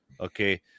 Okay